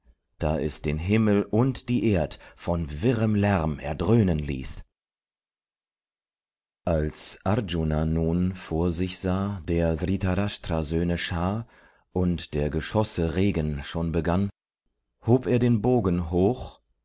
da es den himmel und die erd von wirrem lärm erdröhnen ließ als arjuna nun vor sich sah der dhritarshtra söhne schar und der geschoße regen schon begann hob er den bogen hoch